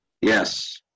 yes